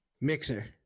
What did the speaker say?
mixer